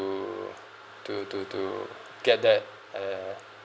to to to get that uh